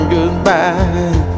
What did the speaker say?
Goodbye